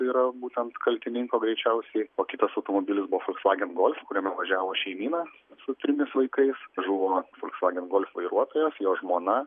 tai yra būtent kaltininko greičiausiai o kitas automobilis buvo folsvagen golf kuriame važiavo šeimyna su trimis vaikais žuvo folsvagen golf vairuotojas jo žmona